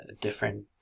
different